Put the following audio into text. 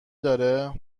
داره